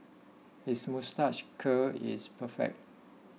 his moustache curl is perfect